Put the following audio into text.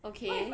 okay